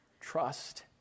trust